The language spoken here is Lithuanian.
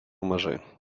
mažai